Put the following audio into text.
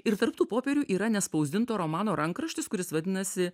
ir tarp tų popierių yra nespausdinto romano rankraštis kuris vadinasi